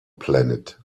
planet